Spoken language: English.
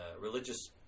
religious